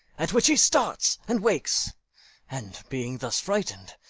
at which he starts and wakes and, being thus frighted,